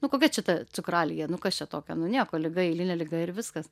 nu kokia čia ta cukraligė nu kas čia tokio nu nieko liga eilinė liga ir viskas